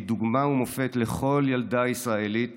היא דוגמה ומופת לכל ילדה ישראלית